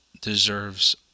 deserves